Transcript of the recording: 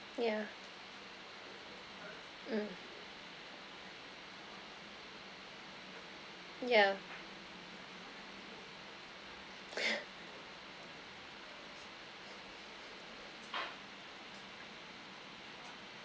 yeah mm yeah